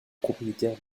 propriétaire